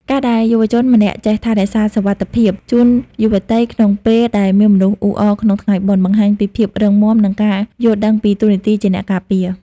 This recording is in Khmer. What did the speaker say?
ការដែលយុវជនម្នាក់ចេះ "ថែរក្សាសុវត្ថិភាព" ជូនយុវតីក្នុងពេលដែលមានមនុស្សអ៊ូអរក្នុងថ្ងៃបុណ្យ បង្ហាញពីភាពរឹងមាំ និងការយល់ដឹងពីតួនាទីជាអ្នកការពារ។